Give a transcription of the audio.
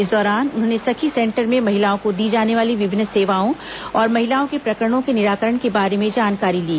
इस दौरान उन्होंने सखी सेंटर में महिलाओं को दी जाने वाली विभिन्न सेवाओं और महिलाओं के प्रकरणों के निराकरण के बारे में जानकारी ली